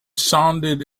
sounded